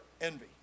envy